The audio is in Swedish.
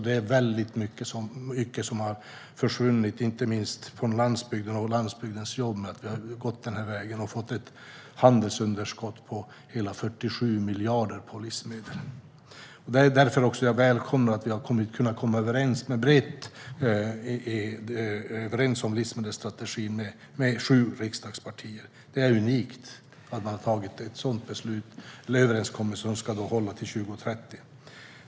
Det är mycket som har försvunnit, inte minst från landsbygden och landsbygdens jobb, i och med att vi har gått den här vägen och fått ett handelsunderskott på hela 47 miljarder inom livsmedelsproduktionen. Det är också därför jag välkomnar att vi har kunnat komma överens om livsmedelsstrategin med sju riksdagspartier. Det är unikt att man har gjort en sådan överenskommelse, och den ska hålla till 2030.